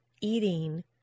eating